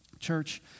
Church